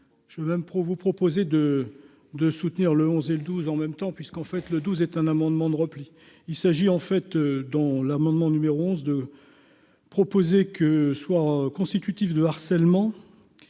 je veux même pro vous proposez de de soutenir le 11 et le 12 en même temps, puisqu'en fait, le douze est un amendement de repli, il s'agit en fait dans l'amendement numéro 11 de proposer que soit constitutif de harcèlement.